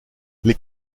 les